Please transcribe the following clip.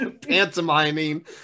pantomiming